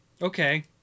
Okay